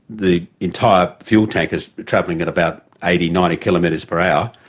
the entire fuel tanker is travelling at about eighty, ninety kilometres per hour,